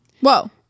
Whoa